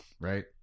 right